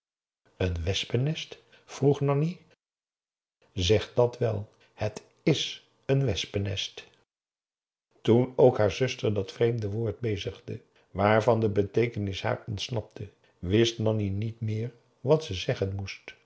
een wespennest vroeg nanni zeg dat wel het is een wespennest toen ook haar zuster dat vreemde woord bezigde waarvan de beteekens haar ontsnapte wist nanni niet meer wat ze zeggen moest